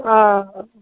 हँ